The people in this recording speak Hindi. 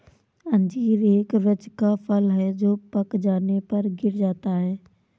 अंजीर एक वृक्ष का फल है जो पक जाने पर गिर जाता है